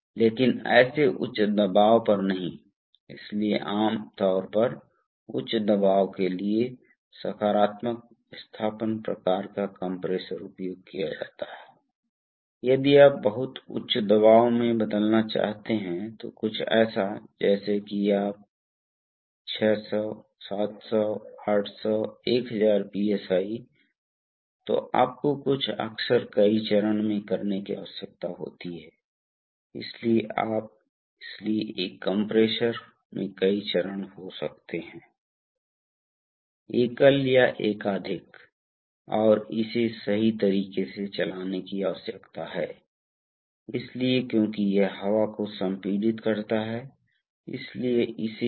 जो बहुत सरल है जैसा कि हमारे पास है जैसा कि हम बाद में भी देखेंगे कि करेंट प्रतिक्रिया बहुत पसंद की जाती है क्योंकि उस प्रतिक्रिया को प्राप्त करना बहुत आसान है उदाहरण के लिए एक विशिष्ट बहुत सस्ते हॉल प्रभाव सेंसर आपको एक बहुत अच्छी करेंट फीडबैक दे सकता है कभी कभी करेंट संवेदन प्रतिरोधी आप एक छोटे प्रतिरोध के माध्यम से करेंट को ड्राइव कर सकते हैं और फिर वोल्टेज ड्रॉप ले सकते हैं जो आपको बहुत अच्छा करेंट मूल्य देगा